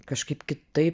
kažkaip kitaip